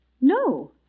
No